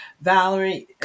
Valerie